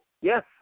Yes